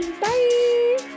Bye